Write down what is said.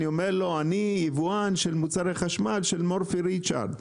והוא ענה שהוא יבואן מוצרי חשמל של מורפי ריצ'רד.